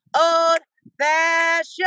old-fashioned